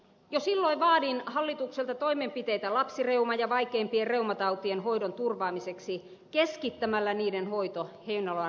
jo silloin vaadin hallitukselta toimenpiteitä lapsireuman ja vaikeimpien reumatautien hoidon turvaamiseksi keskittämällä niiden hoito heinolan reumasairaalaan